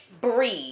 breathe